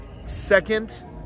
second